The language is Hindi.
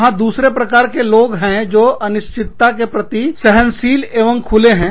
वहां दूसरे प्रकार के लोग हैं जो अनिश्चितता के प्रति सहनशील एवं खुले हैं